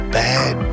bad